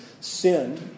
sin